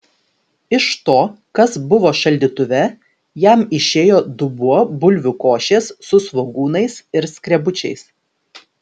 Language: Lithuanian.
iš to kas buvo šaldytuve jam išėjo dubuo bulvių košės su svogūnais ir skrebučiais